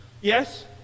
Yes